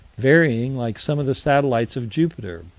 varying like some of the satellites of jupiter,